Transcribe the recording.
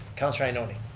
councillor ioannoni.